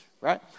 right